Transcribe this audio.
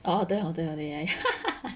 哦对 hor 对 hor ya ya ya